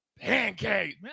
Pancake